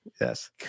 yes